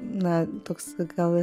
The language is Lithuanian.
na toks gal